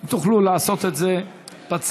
אם תוכלו לעשות את זה בצד,